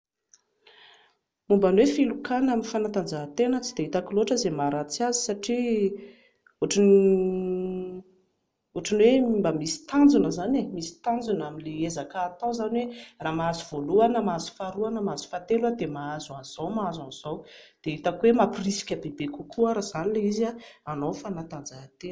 Momba ny hoe filokana amin'ny fanatanjahan-tena tsy dia hitako loatra izay maharatsy azy satria ohatran'ny hoe mba misy tanjona izany e, misy tanjona amin'ilay ezaka hatao izany hoe raha mahazo voaloha aho na mahazo faharoa aho na mahazo fahatelo aho dia mahazo an'izao aho mahazo an'izao, dia hitako hoe mamporisika bebe kokoa ary izany ilay izy hanao fanatanjahan-tena